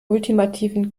ultimativen